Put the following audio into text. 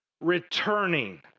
returning